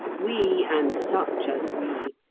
we, and such as we,